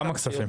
כמה כספים?